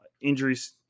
injuries